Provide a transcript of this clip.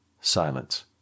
Silence